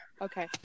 Okay